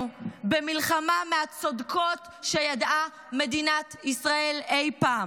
במלחמה שהיא מהצודקות שידעה מדינת ישראל אי פעם.